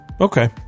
Okay